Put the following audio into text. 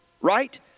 Right